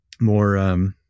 more